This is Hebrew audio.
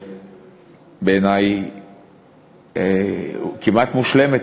בעיני זו דוגמה כמעט מושלמת,